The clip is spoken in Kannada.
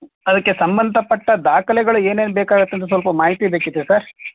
ಅದಕ್ಕೆ ಸಂಬಂಧಪಟ್ಟ ದಾಖಲೆಗಳು ಏನೇನು ಬೇಕಾಗತ್ತೆ ಅಂತ ಸ್ವಲ್ಪ ಮಾಹಿತಿ ಬೇಕಿತ್ತು ಸರ್